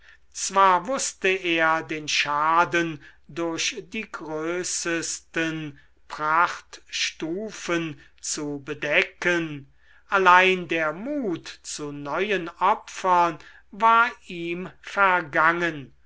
zwar wußte er den schaden durch die größesten prachtstufen zu bedecken allein der mut zu neuen opfern war ihm vergangen